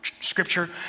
scripture